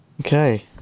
Okay